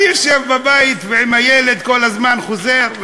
אני יושב בבית, ועם הילד כל הזמן חוזר.